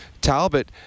Talbot